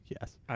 yes